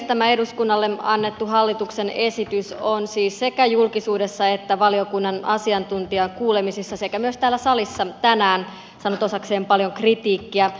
tämä eduskunnalle annettu hallituksen esitys on siis sekä julkisuudessa että valiokunnan asiantuntijakuulemisissa sekä myös täällä salissa tänään saanut osakseen paljon kritiikkiä